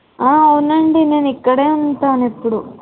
అవునండి నేను ఇక్కడే ఉంటాను ఇప్పుడు